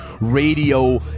Radio